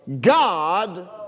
God